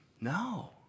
No